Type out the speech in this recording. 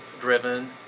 driven